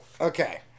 Okay